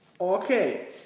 Okay